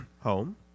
Home